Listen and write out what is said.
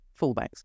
fallbacks